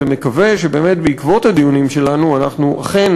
ומקווה שבאמת בעקבות הדיונים שלנו אנחנו אכן